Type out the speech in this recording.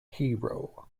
hero